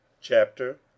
Chapter